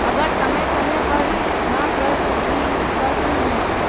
अगर समय समय पर न कर सकील त कि हुई?